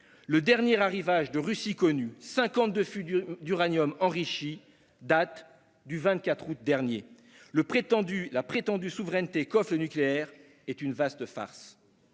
Le dernier arrivage connu depuis la Russie- cinquante-deux fûts d'uranium enrichi -date du 24 août dernier. La prétendue souveraineté qu'offre le nucléaire est une vaste farce.